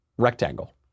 rectangle